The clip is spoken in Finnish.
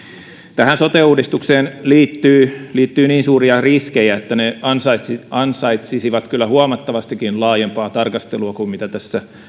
tähän sote uudistukseen liittyy niin suuria riskejä että ne ansaitsisivat ansaitsisivat kyllä huomattavastikin laajempaa tarkastelua kuin mitä tässä